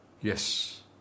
Yes